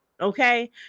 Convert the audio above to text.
Okay